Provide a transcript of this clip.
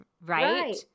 right